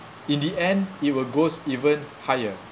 in the end it will goes even higher